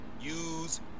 use